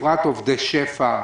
בפרט עובדי שפע,